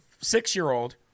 six-year-old